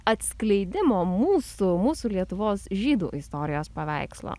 atskleidimo mūsų mūsų lietuvos žydų istorijos paveikslo